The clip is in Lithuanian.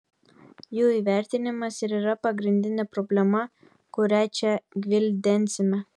jų įvertinimas ir yra pagrindinė problema kurią čia gvildensime